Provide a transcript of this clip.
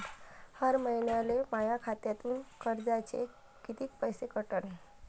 हर महिन्याले माह्या खात्यातून कर्जाचे कितीक पैसे कटन?